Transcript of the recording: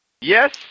Yes